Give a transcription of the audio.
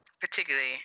particularly